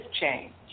change